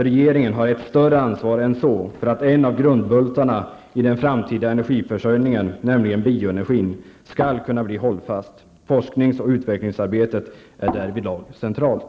Regeringen har ett större ansvar än så för att en av grundbultarna i den framtida energiförsörjningen, nämligen bioenergin, skall kunna bli hållfast. Forsknings och utvecklingsarbetet är därvidlag centralt.